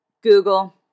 Google